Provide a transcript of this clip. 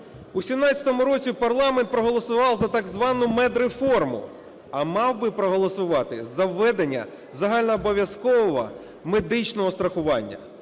У 17-му році парламент проголосував за так звану медреформу, а мав би проголосувати за введення загальнообов'язкового медичного страхування.